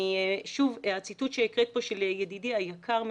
שוב, הציטוט שהקראת פה, של ידידי היקר מאוד,